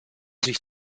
sich